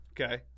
okay